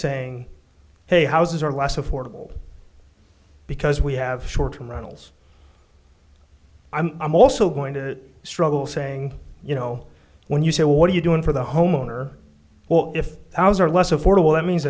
saying hey houses are less affordable because we have short term runnels i'm also going to struggle saying you know when you say well what are you doing for the homeowner well if i was or less affordable that means